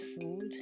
food